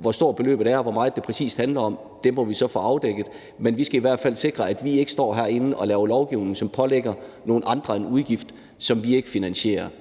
Hvor stort beløbet er, og hvor meget det præcis handler om, må vi så få afdækket. Men vi skal i hvert fald sikre, at vi ikke står herinde og laver lovgivning, som pålægger nogle andre en udgift, som vi ikke finansierer.